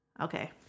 Okay